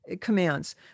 commands